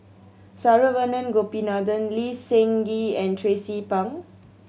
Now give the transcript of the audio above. Saravanan Gopinathan Lee Seng Gee and Tracie Pang